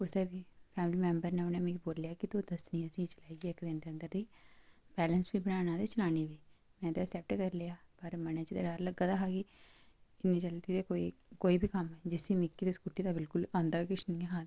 कुसै बी family member नै उ'नें मिग बोल्लेआ कि तोह् असेंगी दस्सनी चलाइयै इक्क दिनें दे अंदर ते बैलेंस बी बनाना ते चलानी बी चैलेंज एक्सेप्ट करी लेआ पर मनै च डर लग्गा दा हा की जल्दी कोई भी कम्म जिसी मिगी स्कूटी दा आंदा भी कुछ निहा